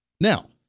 Now